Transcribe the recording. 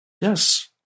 Yes